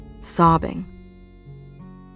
sobbing